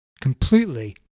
completely